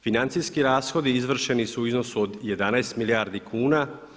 Financijski rashodi izvršeni su u iznosu od 11 milijardi kuna.